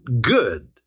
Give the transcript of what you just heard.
good